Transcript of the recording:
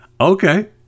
okay